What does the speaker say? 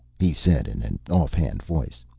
he said in an off-hand voice.